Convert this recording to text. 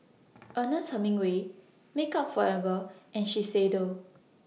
Ernest Hemingway Makeup Forever and Shiseido